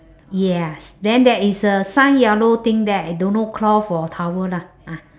yes then there is uh some yellow thing there I don't know cloth or towel lah ah